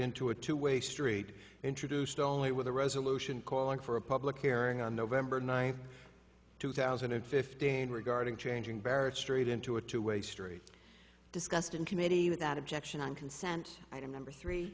into a two way street introduced only with a resolution calling for a public hearing on november ninth two thousand and fifteen regarding changing barrett straight into a two way street discussed in committee without objection on consent item number three